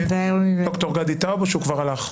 ד"ר גדי טאוב כבר הלך.